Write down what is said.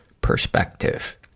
perspective